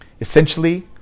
Essentially